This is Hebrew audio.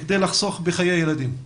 כדי לחסוך בחיי ילדים?